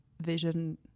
vision